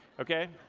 okay.